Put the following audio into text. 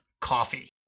coffee